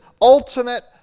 ultimate